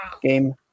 game